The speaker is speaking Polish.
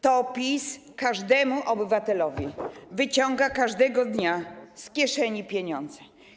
To PiS każdemu obywatelowi wyciąga każdego dnia z kieszeni pieniądze.